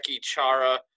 Chara